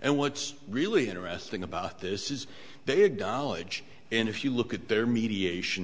and what's really interesting about this is big doll age and if you look at their mediation